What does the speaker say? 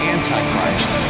Antichrist